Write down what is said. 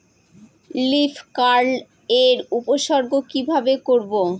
Leaf curl এর উপসর্গ কিভাবে করব?